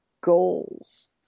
goals